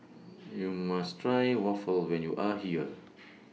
YOU must Try Waffle when YOU Are here